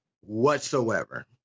whatsoever